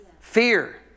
Fear